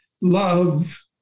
love